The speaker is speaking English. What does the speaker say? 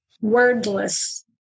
wordless